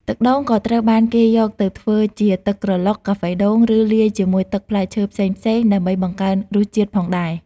ទឹកដូងក៏ត្រូវបានគេយកទៅធ្វើជាទឹកក្រឡុក កាហ្វេដូង ឬលាយជាមួយទឹកផ្លែឈើផ្សេងៗដើម្បីបង្កើនរសជាតិផងដែរ។